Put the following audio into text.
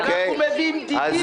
אנחנו מביאים דיוויזיה לרביזיה.